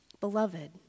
beloved